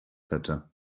hätte